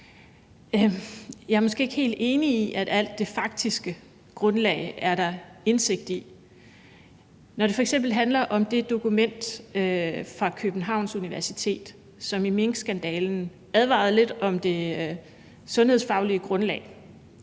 Jeg er måske ikke helt enig i, at der er indsigt i alt det faktiske grundlag. Når det f.eks. handler om det dokument fra Københavns Universitet, som i minkskandalen advarede lidt om det sundhedsfaglige grundlag,